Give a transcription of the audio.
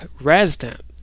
resident